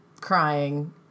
crying